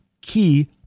key